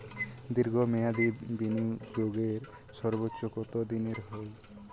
দীর্ঘ মেয়াদি বিনিয়োগের সর্বোচ্চ কত দিনের হয়?